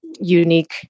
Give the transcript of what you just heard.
unique